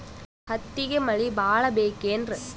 ಹತ್ತಿಗೆ ಮಳಿ ಭಾಳ ಬೇಕೆನ್ರ?